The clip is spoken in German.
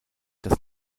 das